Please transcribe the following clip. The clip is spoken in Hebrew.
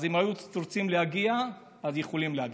אז אם היו רוצים להגיע, יכולים להגיע.